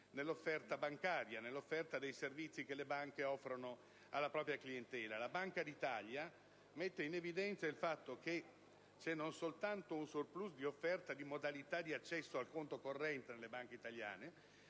nell'offerta bancaria, cioè nei servizi che le banche offrono alla propria clientela. La Banca d'Italia mette in evidenza un *surplus* di offerta di modalità di accesso al conto corrente nelle banche italiane,